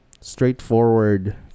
straightforward